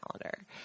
calendar